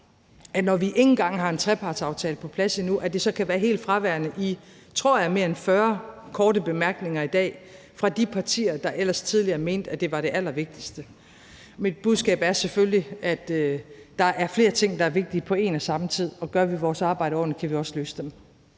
det, når vi ikke engang har en trepartsaftale på plads endnu, så kan være helt fraværende i, tror jeg, mere end 40 korte bemærkninger i dag fra de partier, der ellers tidligere mente, at det var det allervigtigste. Mit budskab er selvfølgelig, at der er flere ting, der er vigtige på en og samme tid. Og gør vi vores arbejde ordentligt, kan vi også løse dem.